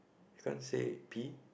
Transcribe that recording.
we can't say P